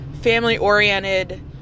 family-oriented